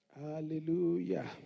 Hallelujah